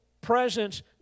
presence